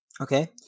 okay